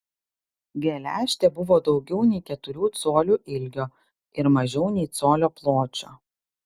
geležtė buvo daugiau nei keturių colių ilgio ir mažiau nei colio pločio